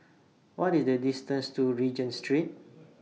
What IS The distance to Regent Street